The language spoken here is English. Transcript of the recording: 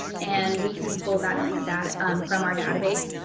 and we can pull that in the data from our database.